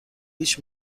هیچ